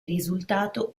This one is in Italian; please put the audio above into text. risultato